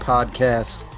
Podcast